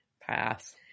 pass